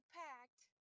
packed